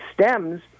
stems